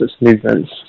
movements